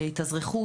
התאזרחות.